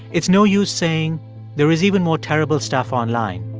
it's no use saying there is even more terrible stuff online.